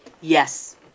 yes